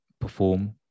perform